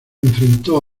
enfrentó